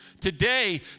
today